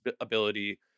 ability